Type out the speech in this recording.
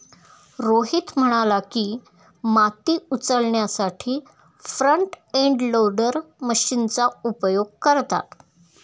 रोहित म्हणाला की, माती उचलण्यासाठी फ्रंट एंड लोडर मशीनचा उपयोग करतात